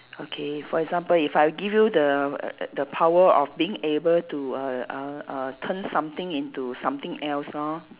okay for example if I give you the err err the power of being able to err err err turn something into something else lor